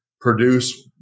produce